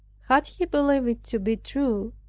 had he believed it to be true,